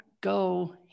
go